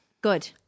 Good